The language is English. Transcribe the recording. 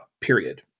period